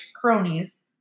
cronies